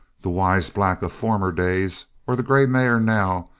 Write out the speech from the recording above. the wise black of former days, or the grey mare now,